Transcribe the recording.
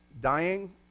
dying